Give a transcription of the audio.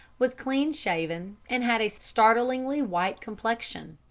was clean-shaven, and had a startlingly white complexion.